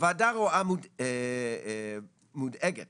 הוועדה מודאגת